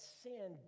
sin